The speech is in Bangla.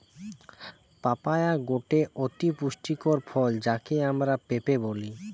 পাপায়া গটে অতি পুষ্টিকর ফল যাকে আমরা পেঁপে বলি